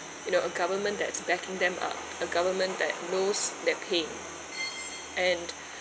you know a government that's backing them up a government that knows their pain and